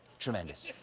tremendous.